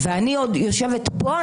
ואני עוד יושבת פה,